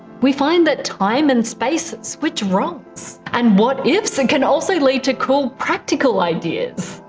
we find that time and space switch roles. and what ifs and can also lead to cool practical ideas.